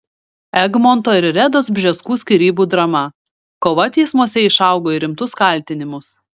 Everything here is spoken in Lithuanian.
egmonto ir redos bžeskų skyrybų drama kova teismuose išaugo į rimtus kaltinimus